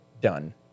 done